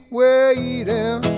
waiting